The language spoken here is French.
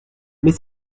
mais